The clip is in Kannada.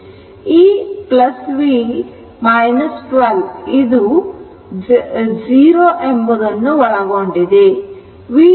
ಈ v 12 ಇದು 0 ಎಂಬುದನ್ನು ಒಳಗೊಂಡಿದೆ